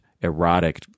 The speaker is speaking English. erotic